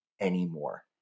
anymore